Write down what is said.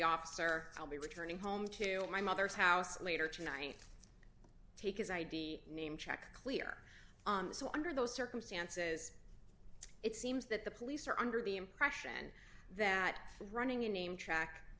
the officer i'll be returning home to my mother's house later tonight take his id name check clear on so under those circumstances it seems that the police are under the impression that running a name track